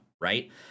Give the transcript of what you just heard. right